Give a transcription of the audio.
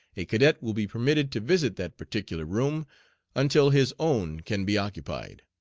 a cadet will be permitted to visit that particular room until his own can be occupied.